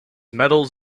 medals